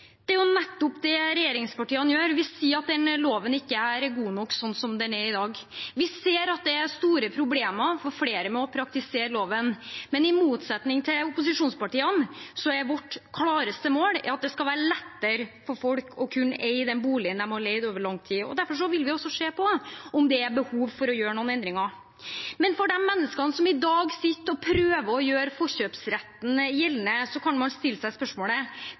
Det regjeringspartiene gjør, er nettopp å si at loven ikke er god nok som den er i dag. Vi ser at flere har store problemer med å praktisere loven, men i motsetning til opposisjonspartiene er vårt klareste mål at det skal være lettere for folk å kunne eie den boligen de har leid over lang tid. Derfor vil vi se på om det er behov for å gjøre noen endringer. Men for de menneskene som i dag sitter og prøver å gjøre forkjøpsretten gjeldende, kan man stille spørsmålet: